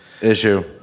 issue